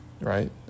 right